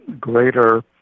greater